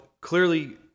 clearly